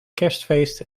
kerstfeest